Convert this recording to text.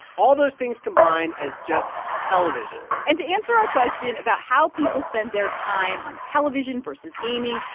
all those things combined, as just television and to answer our question about how people spend their time on television versus gaming,